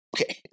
Okay